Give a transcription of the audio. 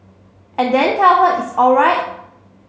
and then tell her it's alright